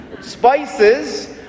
Spices